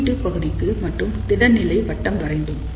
உள்ளீட்டு பகுதிக்கு மட்டும் திட நிலை வட்டம் வரைந்தோம்